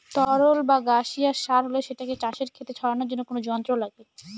তরল বা গাসিয়াস সার হলে সেটাকে চাষের খেতে ছড়ানোর জন্য কোনো যন্ত্র লাগে